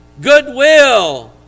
goodwill